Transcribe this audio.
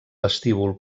vestíbul